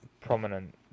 prominent